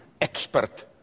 expert